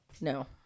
No